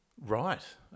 Right